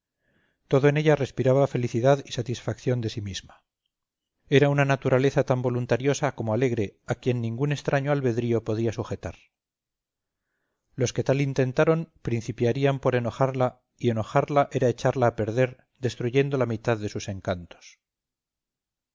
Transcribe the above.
todo en ella respiraba felicidad y satisfacción de sí misma era una naturaleza tan voluntariosa como alegre a quien ningún extraño albedrío podía sujetar los que tal intentaron principiarían por enojarla y enojarla era echarla a perder destruyendo la mitad de sus encantos